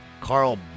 Carl